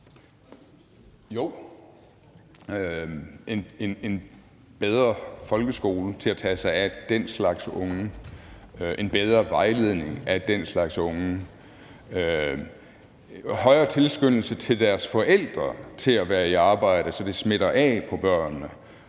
Jo. En bedre folkeskole til at tage sig af den slags unge, en bedre vejledning af den slags unge, højere tilskyndelse af deres forældre til at være i arbejde, så det smitter af på børnene,